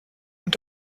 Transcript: und